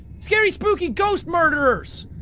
scary spooky ghost murders!